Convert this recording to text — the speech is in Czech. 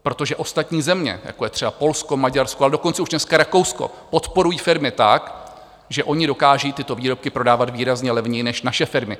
Protože ostatní země, jako je třeba Polsko, Maďarsko, ale dokonce už dneska Rakousko, podporují firmy tak, že ony dokážou tyto výrobky prodávat výrazně levněji než naše firmy.